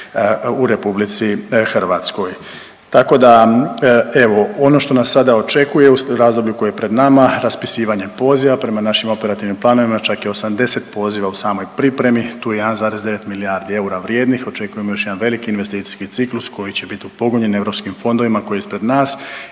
u Republici Hrvatskoj. Tako da evo ono što nas sada očekuje u razdoblju koje je pred nama raspisivanje poziva prema našim operativnim planovima čak je 80 poziva u samoj pripremi. Tu je 1,9 milijardi eura vrijednih, očekujemo još jedan veliki investicijski ciklus koji će biti upogonjen europskim fondovima koji je ispred nas